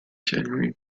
january